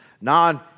non